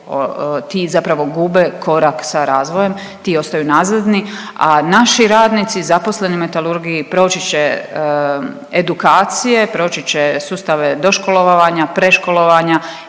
ti zapravo gube korak sa razvojem, ti ostaju nazadni, a naši radnici zaposleni u metalurgiji proći će edukacije, proći će sustave doškolovavanja, preškolovanja